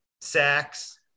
sacks